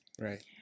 right